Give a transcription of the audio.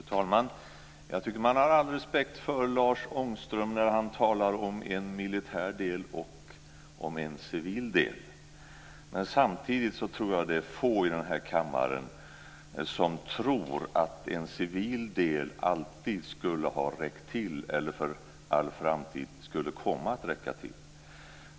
Fru talman! Jag tycker att man har all respekt för Lars Ångström när han talar om en militär del och om en civil del. Men samtidigt är det nog få i den här kammaren som tror att en civil del alltid skulle ha räckt till eller för all framtid skulle komma att räcka till.